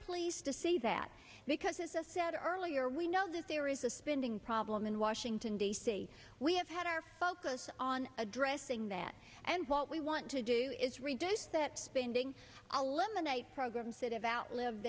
pleased to see that because as a said earlier we know that there is a spending problem in washington d c we have had our focus on addressing that and what we want to do is reduce that spending a lemonade programs that have outlived